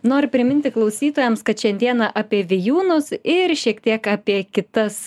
noriu priminti klausytojams kad šiandieną apie vijūnus ir šiek tiek apie kitas